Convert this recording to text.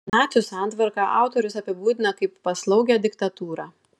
nacių santvarką autorius apibūdina kaip paslaugią diktatūrą